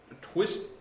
twist